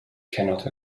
cannot